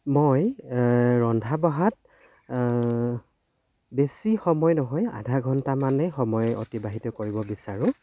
মই ৰন্ধা বঢ়াত বেছি সময় নহয় আধা ঘণ্টামানহে সময় অতিবাহিত কৰিব বিচাৰোঁ